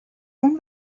اون